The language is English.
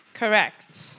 Correct